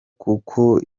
kuko